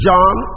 John